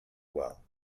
well